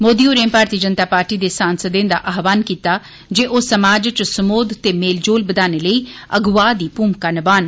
मोदी होरें भारती जनता पार्टी दे सांसदें दा आहवान कीता जे ओ समाज च समोध ते मेल जोल बधाने लेई अग्वा दी भूमिका नभान